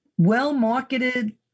Well-marketed